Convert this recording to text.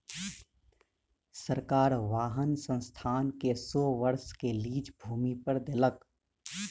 सरकार वाहन संस्थान के सौ वर्ष के लीज भूमि पर देलक